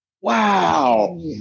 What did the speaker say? Wow